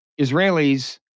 Israelis